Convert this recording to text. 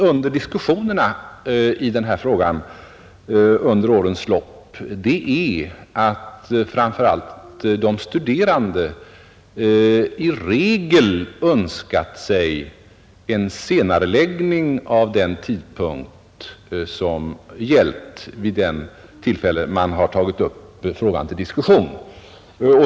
Under diskussionerna i denna fråga under årens lopp har vi upplevt att framför allt de studerande i regel önskat sig en senareläggning av den tidpunkt som gällt vid det tillfälle då man tagit upp frågan till diskussion.